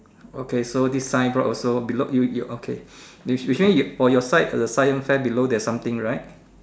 okay so this signboard also below you you okay usua~ usually on your side for the science fair below there's something right